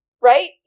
Right